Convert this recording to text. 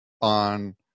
on